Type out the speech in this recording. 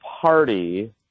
party